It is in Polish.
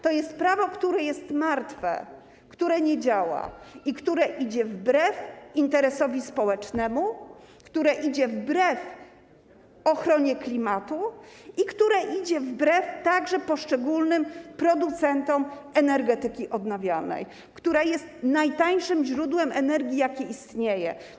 To jest prawo, które jest martwe, które nie działa i które jest wbrew interesowi społecznemu, wbrew ochronie klimatu, a także wbrew poszczególnym producentom energetyki odnawialnej, która jest najtańszym źródłem energii, jaki istnieje.